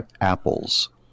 apples